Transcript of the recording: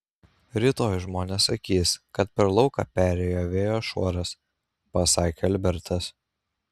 rytoj žmonės sakys kad per lauką perėjo vėjo šuoras pasakė albertas